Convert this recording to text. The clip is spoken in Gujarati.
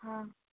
હા